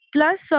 Plus